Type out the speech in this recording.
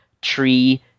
tree